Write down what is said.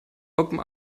open